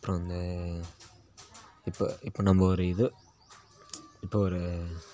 அப்புறம் அந்த இப்போ இப்போ நம்ம ஒரு இது இப்போ ஒரு